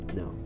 no